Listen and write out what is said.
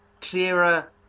clearer